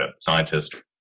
scientist